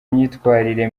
imyitwarire